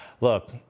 Look